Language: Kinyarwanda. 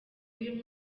y’uyu